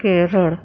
Kerala